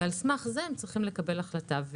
ועל סמך זה הם צריכים לקבל החלטה.